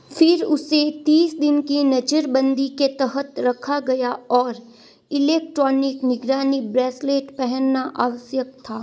फ़िर उसे तीस दिन की नज़रबंदी के तहत रखा गया और इलेक्ट्रॉनिक निगरानी ब्रेसलेट पहनना आवश्यक था